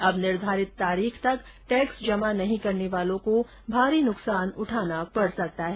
अब निर्धारित तारीख तक टैक्स जमा न करने वालों को भारी नुकसान उठाना पड सकता है